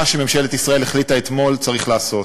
מה שממשלת ישראל החליטה אתמול צריך לעשות.